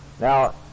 Now